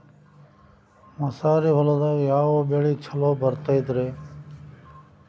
ಮಸಾರಿ ಹೊಲದಾಗ ಯಾವ ಬೆಳಿ ಛಲೋ ಬರತೈತ್ರೇ?